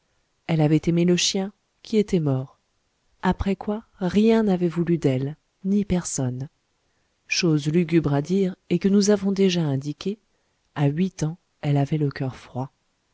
elle avait aimé le chien qui était mort après quoi rien n'avait voulu d'elle ni personne chose lugubre à dire et que nous avons déjà indiquée à huit ans elle avait le coeur froid